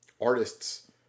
artists